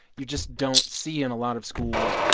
you just don't see in a lot of schools.